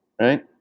right